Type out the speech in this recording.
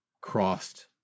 crossed